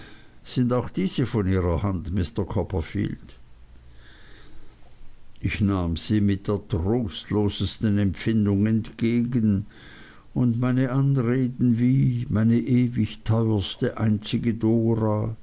sind auch diese von ihrer hand mr copperfield ich nahm sie mit der trostlosesten empfindung entgegen und meine anreden wie meine ewig teuerste einzige dora